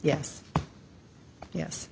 yes yes